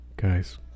Guys